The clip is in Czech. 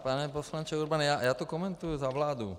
Pane poslanče Urbane, já to komentuji za vládu.